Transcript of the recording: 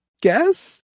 guess